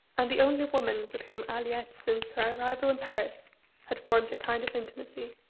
and the only woman with whom aliette since her arrival in paris had formed a kind of intimacy.